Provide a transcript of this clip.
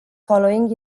following